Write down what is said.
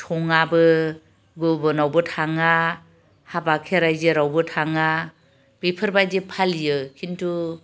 सङाबो गुबुनावबो थाङा हाबा खेराइ जेरावबो थाङा बेफोरबायदि फालियो खिन्थु